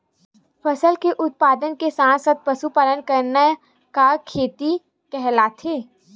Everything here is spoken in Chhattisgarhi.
फसल के उत्पादन के साथ साथ पशुपालन करना का खेती कहलाथे?